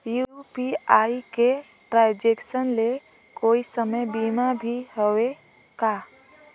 UPI के transaction ले कोई समय सीमा भी हवे का?